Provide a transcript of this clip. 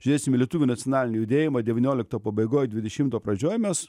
žiūrėsim į lietuvių nacionalinį judėjimą devyniolikto pabaigoj dvidešimto pradžioj mes